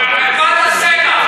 אז איפה זה קודש הקודשים?